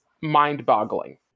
mind-boggling